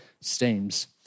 steams